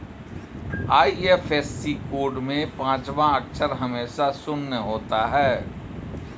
IFSC code में पांचवा अक्षर हमेशा शून्य होता है